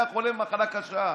הוא היה חולה במחלה קשה.